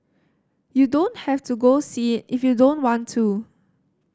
you don't have to go see it if you don't want to